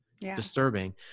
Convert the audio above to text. disturbing